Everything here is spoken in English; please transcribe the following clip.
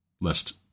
lest